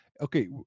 okay